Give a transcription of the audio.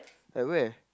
at where